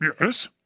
Yes